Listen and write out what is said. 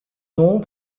nom